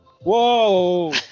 Whoa